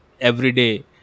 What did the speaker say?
everyday